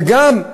וגם,